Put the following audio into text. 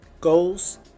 goals